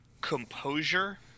composure